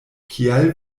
kial